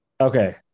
okay